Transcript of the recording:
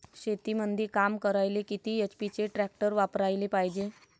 शेतीमंदी काम करायले किती एच.पी चे ट्रॅक्टर वापरायले पायजे?